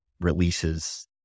releases